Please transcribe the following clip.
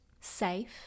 safe